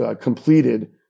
Completed